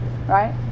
right